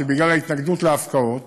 שבגלל ההתנגדות להפקעות